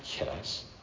Yes